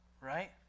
right